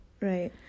Right